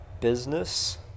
business